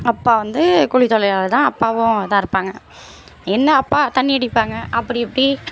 அப்பா வந்து கூலி தொலிலாளி தான் அப்பாவும் இதாக இருப்பாங்க என்ன அப்பா தண்ணி அடிப்பாங்க அப்படி இப்படி